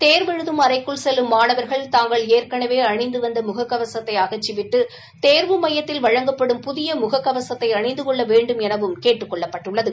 தேர்வெழுதும் அறைக்குள் செல்லும் மாணவர்கள் தாங்கள் ஏற்கனவே அணிந்து வந்த முகக்கவசங்களை அகற்றிவிட்டு தேர்வு மையத்தில் வழங்கப்படும் புதிய முகக்கவசத்தை அணிந்து கொள்ள வேண்டும் எனவும் கேட்டுக் கொள்ளப்பட்டுள்ளது